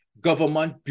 government